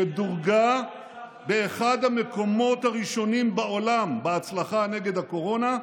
שדורגה באחד המקומות הראשונים בעולם בהצלחה נגד הקורונה,